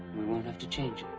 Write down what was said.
we won't have to change it.